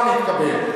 לא התקבל.